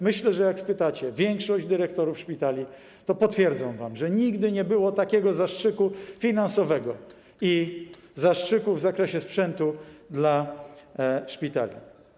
Myślę, że jak spytacie większość dyrektorów szpitali, to potwierdzą, że nigdy nie było takiego zastrzyku finansowego i zastrzyku w zakresie sprzętu dla szpitali.